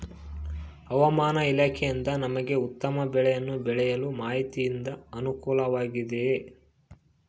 ಹವಮಾನ ಇಲಾಖೆಯಿಂದ ನಮಗೆ ಉತ್ತಮ ಬೆಳೆಯನ್ನು ಬೆಳೆಯಲು ಮಾಹಿತಿಯಿಂದ ಅನುಕೂಲವಾಗಿದೆಯೆ?